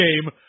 game